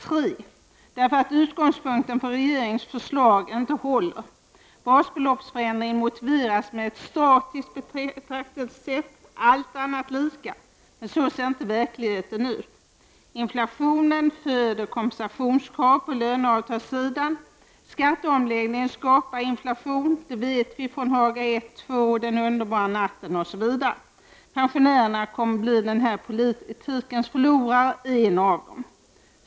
3. därför att utgångspunkten för regeringens förslag inte håller. Basbeloppsförändringen motiveras med ett statistiskt betraktelsesätt — allt annat lika. Men så ser inte verkligheten ut. Inflationen föder kompensationskrav på löneavtalssidan. Skatteomläggningar skapar inflation. Det vet vi från Haga 1, 2, den underbara natten, osv. Pensionärerna kommer att bli en av den här politikens förlorare.